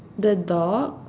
the dog